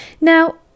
now